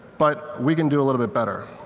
but we can do a little bit better.